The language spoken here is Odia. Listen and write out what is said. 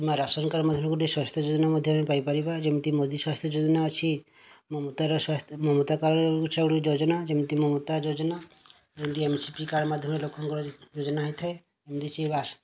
କିମ୍ବା ରାସନ କାର୍ଡ଼ ମଧ୍ୟରେ ସ୍ୱାସ୍ଥ୍ୟ ଯୋଜନା ପାଇପାରିବା ଯେମିତି ମୋଦି ସ୍ୱାସ୍ଥ୍ୟ ଯୋଜନା ଅଛି ମମତା କାଳ ଯୋଜନା ଏମିତି ମମତା ଯୋଜନା ଲୋକଙ୍କର ଯୋଜନା ହୋଇଥାଏ